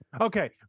Okay